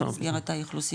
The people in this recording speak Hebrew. במסגרת האכלוסים שלנו.